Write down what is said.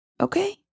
Okay